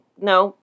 no